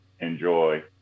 enjoy